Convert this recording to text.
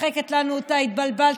שמשחקת לנו אותה: התבלבלת,